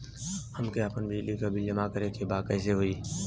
हमके आपन बिजली के बिल जमा करे के बा कैसे होई?